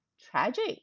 tragic